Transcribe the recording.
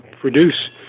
produce